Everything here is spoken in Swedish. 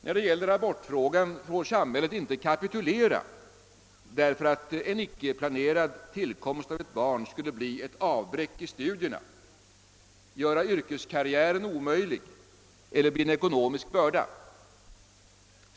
När det gäller abortfrågan får samhället inte kapitulera därför att tillkomsten av ett icke planerat barn skulle bli ett avbrott i studierna, göra yrkeskarriär omöjlig eller bli en ekonomisk börda.